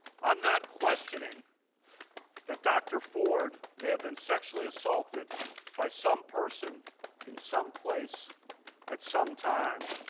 ah not questioning that dr. ford may have been sexually assaulted by some person in someplace at some time.